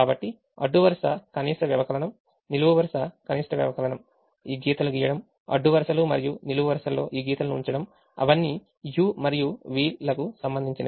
కాబట్టి అడ్డు వరుస కనీస వ్యవకలనంనిలువు వరుస కనిష్ట వ్యవకలనం ఈ గీతలు గీయడం అడ్డు వరుసలు మరియు నిలువు వరుసలలో ఈ గీతలను ఉంచడం అవన్నీ u మరియు v లకు సంబంధించినవి